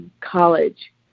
college